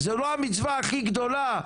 זה לא המצווה הכי גדולה,